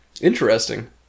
Interesting